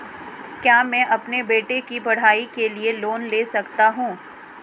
क्या मैं अपने बेटे की पढ़ाई के लिए लोंन ले सकता हूं?